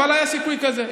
אבל היה סיכוי כזה.